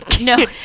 no